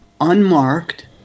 unmarked